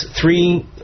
three